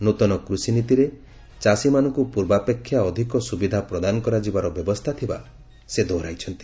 ନୂତନ କୃଷିନୀତିରେ ଚାଷୀମାନଙ୍କୁ ପୂର୍ବାପେକ୍ଷା ଅଧିକ ସୁବିଧା ପ୍ରଦାନ କରାଯିବାର ବ୍ୟବସ୍ଥା ଥିବା ସେ ଦୋହରାଇଛନ୍ତି